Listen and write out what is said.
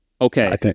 Okay